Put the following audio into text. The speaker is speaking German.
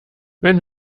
wenn